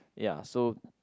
ya so